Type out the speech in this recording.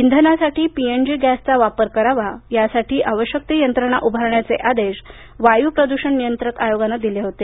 इंधनासाठी पीएनजी गॅसचा वापर करावा यासाठी आवश्यक ती यंत्रणा उभारण्याचे आदेश वायू प्रदूषण नियंत्रक आयोगानं दिले होते